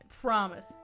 Promise